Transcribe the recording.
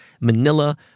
Manila